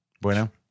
Bueno